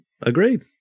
Agreed